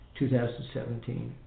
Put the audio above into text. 2017